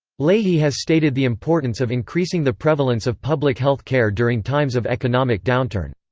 leahy has stated the importance of increasing the prevalence of public health care during times of economic downturn.